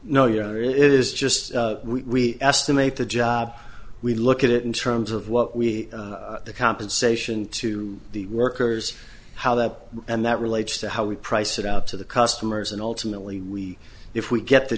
honor it is just we estimate the job we look at it in terms of what we the compensation to the workers how that and that relates to how we price it out to the customers and ultimately we if we get the